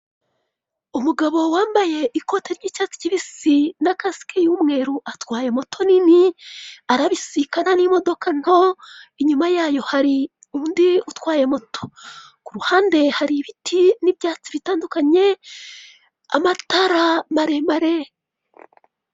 Umugabo wambaye ikote'icyatsi kibisi na kasike y'umweru, atwaye moto nini arabisikana n'imodoka nto inyuma yayo hari undi utwaye moto ku ruhande hari ibiti, n'ibyatsi bitandukanye amatara maremare.